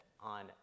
on